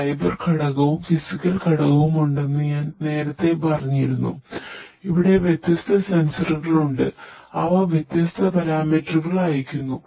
cyber physical സിസ്റ്റങ്ങളെക്കുറിച്ചുംഅയയ്ക്കുന്നു